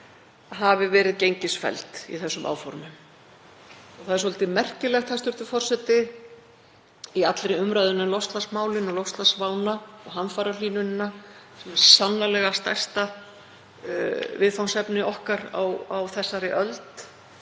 hafi verið gengisfelld í þessum áformum. Það er svolítið merkilegt, hæstv. forseti, að í allri umræðunni um loftslagsmálin og loftslagsvána og hamfarahlýnunina, sem er sannarlega stærsta viðfangsefni okkar á þessari öld,